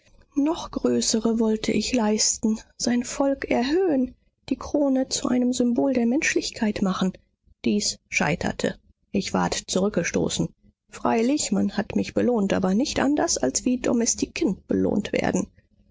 noch größere wollte ich leisten sein volk erhöhen die krone zu einem symbol der menschlichkeit machen dies scheiterte ich ward zurückgestoßen freilich man hat mich belohnt aber nicht anders als wie domestiken belohnt werden